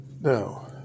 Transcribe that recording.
Now